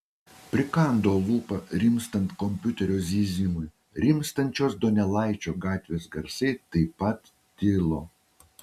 prikando lūpą rimstant kompiuterio zyzimui rimstančios donelaičio gatvės garsai taip pat tilo